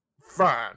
Fine